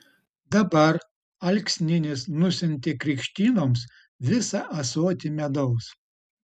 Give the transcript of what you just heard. dabar alksninis nusiuntė krikštynoms visą ąsotį medaus